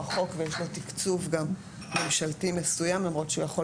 חוק ויש לו תקצוב גם ממשלתי מסוים למרות שהוא יכול